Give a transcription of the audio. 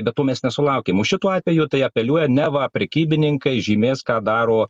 bet to mes nesulaukėm o šituo atveju tai apeliuoja neva prekybininkai žymės ką daro